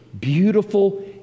beautiful